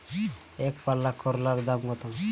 একপাল্লা করলার দাম কত?